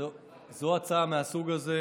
וזו הצעה מהסוג הזה.